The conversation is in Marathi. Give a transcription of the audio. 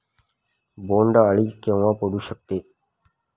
बोंड अळी केव्हा पडू शकते?